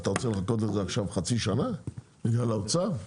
אתה רוצה לחכות לזה עכשיו חצי שנה בגלל האוצר?